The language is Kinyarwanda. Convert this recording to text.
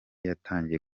yatangiye